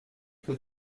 que